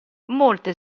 molte